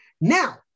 Now